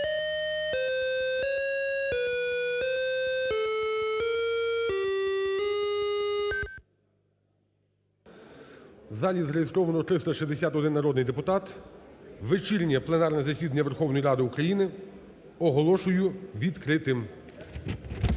залі зареєстровано 361 народний депутат. Вечірнє пленарне засідання Верховної Ради України оголошую відкритим.